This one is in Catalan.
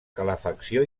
calefacció